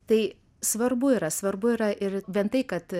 tai svarbu yra svarbu yra ir bent tai kad